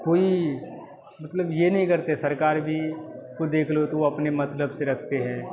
कोई मतलब ये नहीं करते सरकार भी को देख लो तो वो अपने मतलब से रखते हैं